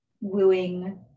wooing